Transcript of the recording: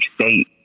state